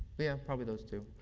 yeah, probably those two.